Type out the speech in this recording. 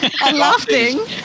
laughing